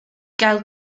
gael